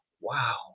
wow